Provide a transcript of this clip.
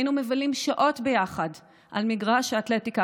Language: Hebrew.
היינו מבלים שעות ביחד על מגרש האתלטיקה